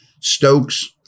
Stokes